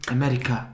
America